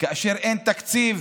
כאשר אין תקציב,